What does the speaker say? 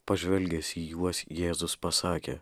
pažvelgęs į juos jėzus pasakė